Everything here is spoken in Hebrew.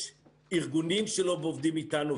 יש ארגונים שלא עובדים איתנו,